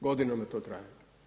Godinama to traje.